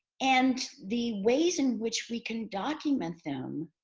and the ways in which we can document them,